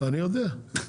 אני יודע.